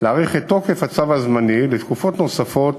להאריך את תוקף הצו הזמני לתקופות נוספות